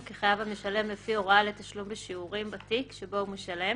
כחייב המשלם לפי הוראה לתשלום בשיעורים בתיק שבו הוא משלם